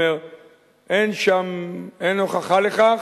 אין שם, אין הוכחה לכך,